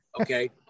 Okay